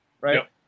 Right